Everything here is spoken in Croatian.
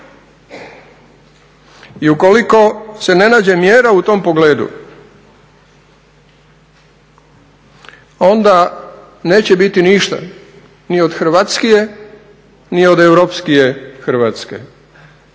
i ukoliko se ne nađe mjera u tom pogledu onda neće biti ništa ni od hrvatskije ni od europskije Hrvatske